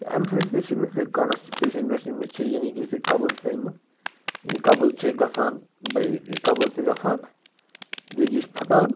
اَمہِ سۭتۍ تہِ چھِ أمِس یہِ کانسٹِپیشَن یۄس أمِس چھِ یعنی کہِ یُس یہِ قبض چھِ أمِس یہِ قَبض چھِ گَژھان برٛیک یہِ قَبض چھِ گژھان برٛیک یہِ چھُ پھُٹان